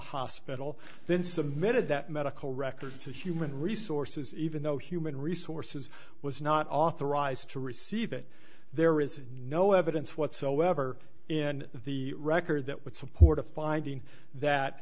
hospital then submitted that medical record to human resources even though human resources was not authorized to receive it there is no evidence whatsoever in the record that would support a finding that